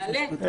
תודה.